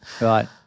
Right